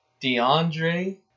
DeAndre